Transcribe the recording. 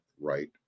right